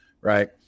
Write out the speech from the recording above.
right